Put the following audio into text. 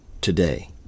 today